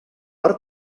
per